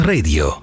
Radio